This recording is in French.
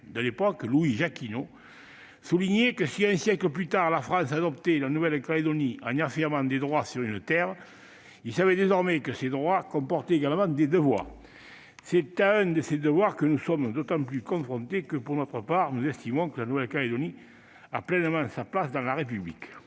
de la France d'outre-mer, soulignait que, un siècle plus tôt, la France adoptait la Nouvelle-Calédonie en affirmant des droits sur cette terre, il savait aussi que ces droits comportaient des devoirs. C'est à l'un de ces devoirs que nous sommes d'autant plus confrontés que, pour notre part, nous estimons que la Nouvelle-Calédonie a pleinement sa place dans la République.